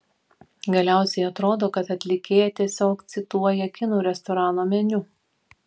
galiausiai atrodo kad atlikėja tiesiog cituoja kinų restorano meniu